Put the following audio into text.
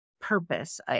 Purpose